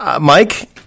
Mike